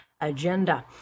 agenda